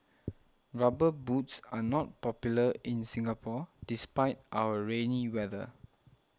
rubber boots are not popular in Singapore despite our rainy weather